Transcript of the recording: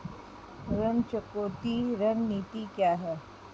ऋण चुकौती रणनीति क्या है?